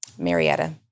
Marietta